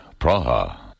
Praha